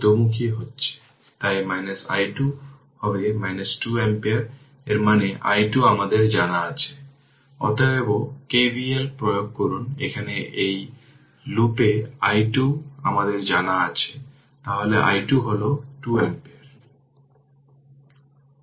এখন এই অধ্যায়ে দুটি অতিরিক্ত সার্কিট উপাদানের সাথে পরিচয় করিয়ে দেবে যা হল ক্যাপাসিটর এবং ইন্ডাক্টর